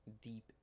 Deep